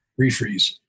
refreeze